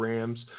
Rams